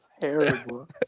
terrible